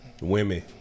Women